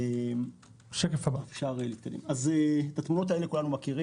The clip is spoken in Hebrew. כולנו מכירים את התמונות האלו.